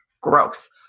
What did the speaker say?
gross